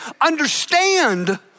understand